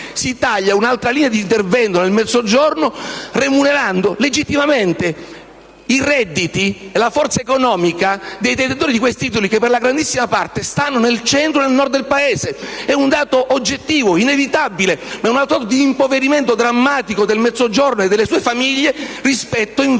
si taglia un'altra linea di intervento nel Mezzogiorno, remunerando legittimamente i redditi e la forza economica dei detentori di questi titoli, che per la grandissima parte stanno nel Centro e nel Nord del Paese. È un dato oggettivo ed inevitabile, ma è un altro elemento di impoverimento drammatico del Mezzogiorno e delle sue famiglie rispetto invece